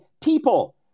people